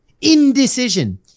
Indecision